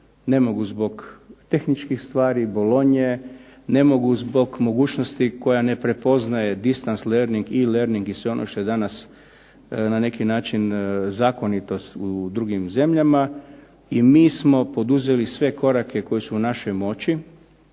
ne mogu zbog tehničkih stvari, Bolonje, ne mogu zbog mogućnosti koja ne prepoznaje e-learning, distance learning i sve ono što je danas na neki način zakonitost u drugim zemljama. I mi smo poduzeli sve korake koji su u našoj moći